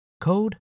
code